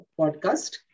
podcast